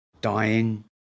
dying